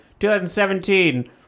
2017